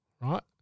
right